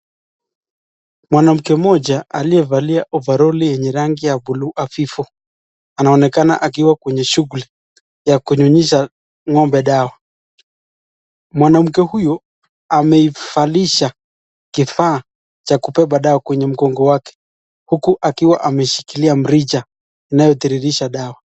Mwanamke mmoja aliyevalia ovaroli yenye rangi ya blue hafifu anaonekana akiwa kwenye shughuli wa kunyunyisha ng'ombe dawa. Mwanamke huyo ameivalisha kifaa cha kubeba dawa kwenye mgongo wake huku akiwa ameshikilia mrija inayotiririsha dawa.